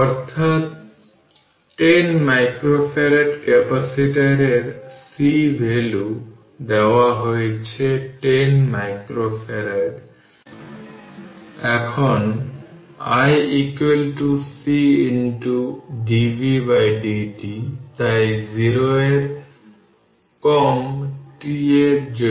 অর্থাৎ 10 মাইক্রোফ্যারাড ক্যাপাসিটরের C value দেওয়া হয়েছে 10 মাইক্রোফ্যারাড এখন i C dvdt তাই 0 এর কম t এর জন্য